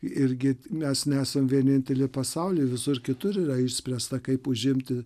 irgi mes nesam vieninteliai pasaulyje visur kitur yra išspręsta kaip užimti